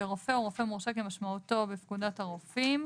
"רופא" רופא מורשה כמשמעותו בפקודת הרופאים,